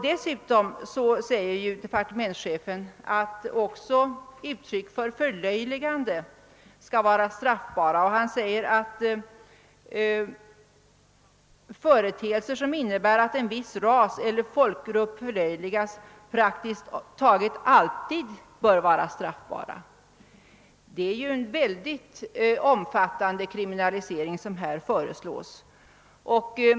Dessutom föreslår departementschefen att uttryck för förlöjligande skall vara straffbara. Han uttalar att företeelser som innebär att en viss ras eller folkgrupp förlöjligas praktiskt taget alltid bör vara straffbara. Det är alltså en mycket omfattande kriminalisering som här föreslås.